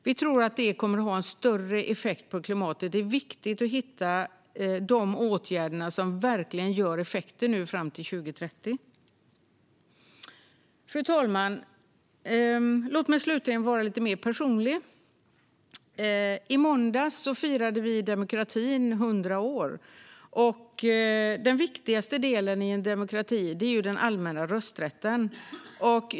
Vi tror att det har större effekt på klimatet. Det är viktigt att hitta de åtgärder som verkligen ger effekt nu fram till 2030. Fru talman! Låt mig nu slutligen vara lite mer personlig. I måndags firade vi demokratins hundraårsdag. Den viktigaste delen i en demokrati är den allmänna rösträtten.